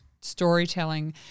storytelling